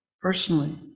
personally